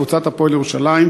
קבוצת "הפועל ירושלים",